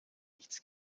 nichts